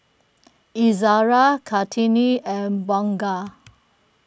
Izzara Kartini and Bunga